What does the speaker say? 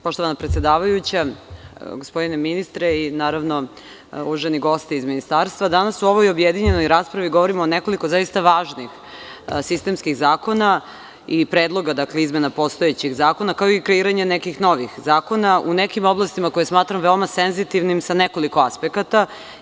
Poštovana predsedavajuća, gospodine ministre i uvaženi gosti iz Ministarstva, danas u ovoj objedinjenoj raspravi govorimo o nekoliko zaista važnih sistemskih zakona i predloga izmena postojećih zakona, kao i o kreiranju nekih novih zakona u nekim oblastima koje smatram veoma senzitivnim sa nekoliko aspekata.